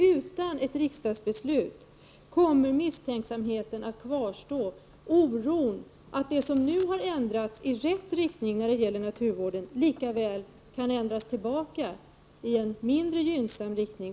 Utan ett riksdagsbeslut kommer misstänksamheten att kvarstå — det kommer alltid att finnas en oro för att det som nu har ändrats åt rätt håll lika väl kan ändras tillbaka i för naturvården mindre gynnsam riktning.